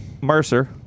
Mercer